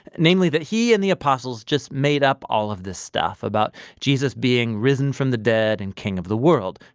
namely, that he and the apostles just made up all of this stuff about jesus being risen from the dead and king of the world.